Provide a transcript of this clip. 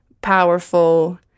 powerful